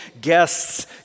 guests